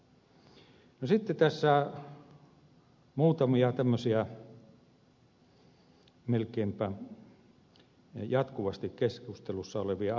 sitten tässä muutamia tämmöisiä melkeinpä jatkuvasti keskustelussa olevia asioita